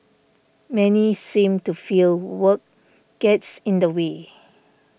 many seem to feel work gets in the way